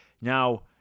Now